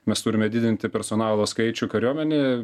mes turime didinti personalo skaičių kariuomenėj